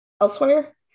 elsewhere